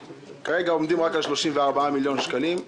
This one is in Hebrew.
כרגע עומדים רק על 34 מיליון שקלים.